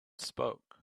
spoke